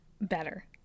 better